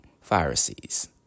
Pharisees